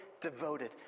devoted